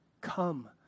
come